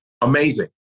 Amazing